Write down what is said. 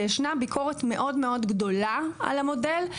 וישנה ביקורת מאוד מאוד גדולה על המודל,